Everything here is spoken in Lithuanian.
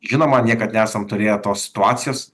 žinoma niekad nesam turėję tos situacijos